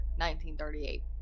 1938